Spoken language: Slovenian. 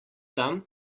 tam